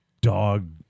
dog